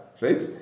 right